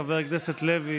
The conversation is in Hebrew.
חבר הכנסת לוי,